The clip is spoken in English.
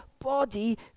body